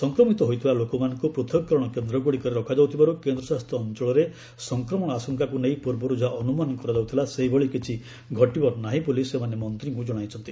ସଂକ୍ରମିତ ହୋଇଥିବା ଲୋକମାନଙ୍କୁ ପୂଥକୀକରଣ କେନ୍ଦ୍ରଗୁଡ଼ିକରେ ରଖାଯାଉଥିବାରୁ କେନ୍ଦ୍ର ଶାସିତ ଅଞ୍ଚଳରେ ସଂକ୍ରମଣ ଆଶଙ୍କାକୁ ନେଇ ପୂର୍ବରୁ ଯାହା ଅନୁମାନ କରାଯାଉଥିଲା ସେଭଳି କିଛି ଘଟିବ ନାହିଁ ବୋଲି ସେମାନେ ମନ୍ତ୍ରୀଙ୍କୁ ଜଣାଇଛନ୍ତି